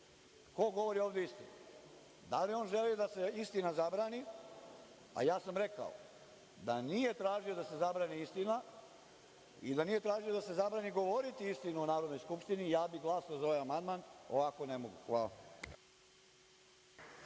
Ko govori ovde istinu? Da li on želi da se istina zabrani, a rekao sam da nije tražio da se zabrani istina, i da nije tražio da se zabrani govoriti istinu o Narodnoj skupštini, glasao bih za ovaj amandman, ovako ne mogu. Hvala.(Đorđe